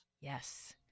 Yes